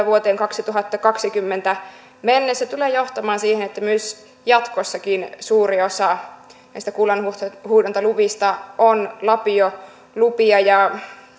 vuoteen kaksituhattakaksikymmentä mennessä tulee johtamaan siihen että jatkossakin suuri osa näistä kullanhuuhdontaluvista on lapiolupia